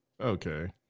Okay